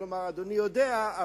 כלומר אדוני יודע,